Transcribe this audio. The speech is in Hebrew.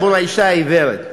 עבור האישה העיוורת,